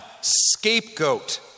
scapegoat